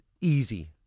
easy